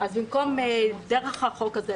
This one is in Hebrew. אז במקום דרך החוק הזה,